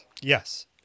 Yes